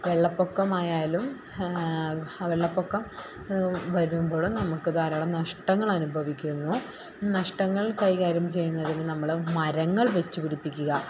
വെള്ളപ്പൊക്കമായാലും വെള്ളപ്പൊക്കം വരുമ്പോഴും നമുക്ക് ധാരാളം നഷ്ടങ്ങൾ അനുഭവിക്കുന്നു നഷ്ടങ്ങൾ കൈകാര്യം ചെയ്യുന്നതിന് നമ്മൾ മരങ്ങൾ വച്ച് പിടിപ്പിക്കുക